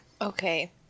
Okay